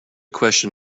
question